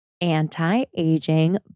anti-aging